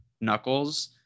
Knuckles